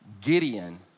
Gideon